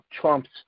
Trump's